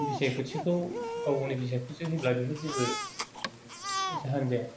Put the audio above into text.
बिसायख'थिखौ गाव गावनि बिसायख'थि होनब्ला बेखौ जेबो जाहोन जाया